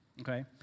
okay